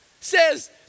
says